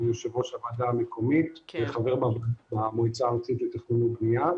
אני יו"ר הוועדה המקומית וחבר במועצה הארצית לתכנון ובנייה.